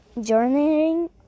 journeying